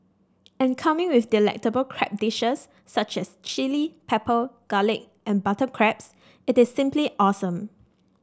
and coming with delectable crab dishes such as chilli pepper garlic and butter crabs it is simply awesome